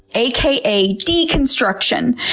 aka deconstruction.